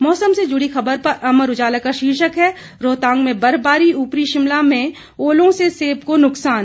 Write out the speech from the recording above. मौसम से जुड़ी खबर पर अमर उजाला का शीर्षक है रोहतांग में बर्फबारी ऊपरी शिमला में ओलों से सेब को नुकसान